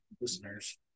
listeners